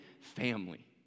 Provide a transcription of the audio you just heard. family